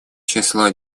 число